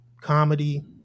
comedy